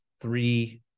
three